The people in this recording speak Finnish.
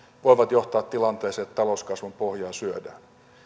voivat johtaa tilanteeseen että talouskasvun pohjaa syödään